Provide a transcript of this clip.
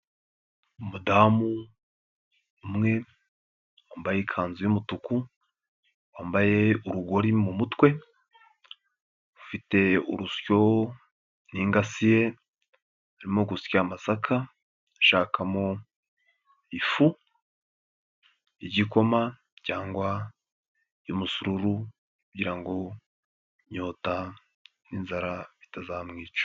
Umudamu umwe, wambaye ikanzu y'umutuku, wambaye urugori mu mutwe, ufite urusyo n'ingasire arimo gusya amasaka, ashakamo ifu y'igikoma cyangwa umusururu kugira ngo inyota n'inzara bitazamwica.